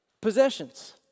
possessions